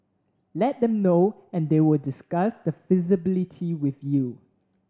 let them know and they will discuss the feasibility with you